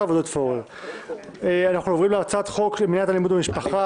1 ההצעה להעביר את הצעות החוק לדיון בוועדת החוקה,